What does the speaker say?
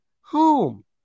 home